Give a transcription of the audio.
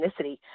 ethnicity